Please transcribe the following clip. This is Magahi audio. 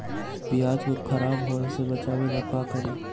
प्याज को खराब होय से बचाव ला का करी?